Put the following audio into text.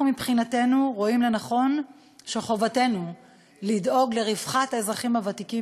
אנחנו מבחינתנו רואים שחובתנו לדאוג לרווחת האזרחים הוותיקים